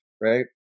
right